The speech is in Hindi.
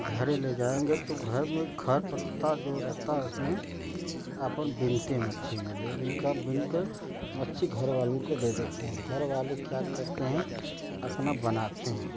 घर ले जाएँगे तो घर में खा पत्ता जो रहता है उसमें अपन बिनते मछली में ले के बीनकर मच्छी घर वालों को दे देते हैं घर वाले क्या करते है अपना बनाते हैं